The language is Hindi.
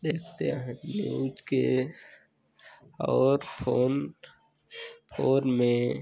देखते हैं न्यूज़ के और फ़ोन फ़ोन में